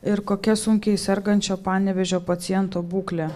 ir kokia sunkiai sergančio panevėžio paciento būklė